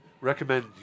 recommend